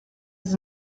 does